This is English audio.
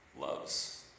loves